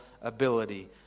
ability